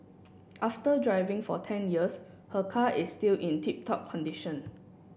after driving for ten years her car is still in tip top condition